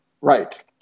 Right